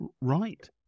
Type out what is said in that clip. Right